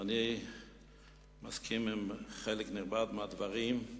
ואני מסכים לחלק נכבד מהדברים.